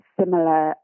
similar